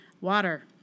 water